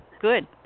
good